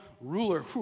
ruler